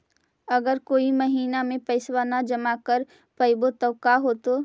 अगर कोई महिना मे पैसबा न जमा कर पईबै त का होतै?